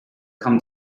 come